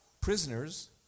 prisoners